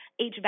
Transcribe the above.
HVAC